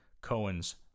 Cohen's